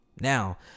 Now